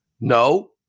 No